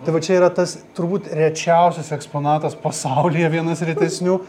tai va čia yra tas turbūt rečiausias eksponatas pasaulyje vienas retesnių